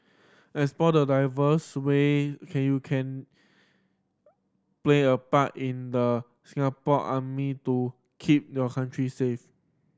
explore the diverse way can you can play a part in the Singapore Army to keep your country safe